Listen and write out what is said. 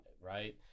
right